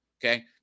Okay